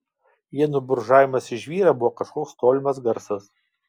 ienų brūžavimas į žvyrą buvo kažkoks tolimas garsas